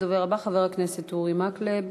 הדובר הבא, חבר הכנסת אורי מקלב.